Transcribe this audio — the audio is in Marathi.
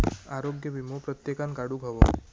आरोग्य वीमो प्रत्येकान काढुक हवो